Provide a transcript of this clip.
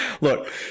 Look